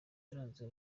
yaranze